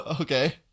Okay